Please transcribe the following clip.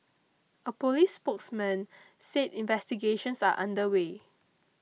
a police spokesman said investigations are under way